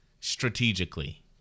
strategically